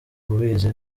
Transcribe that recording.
ubizi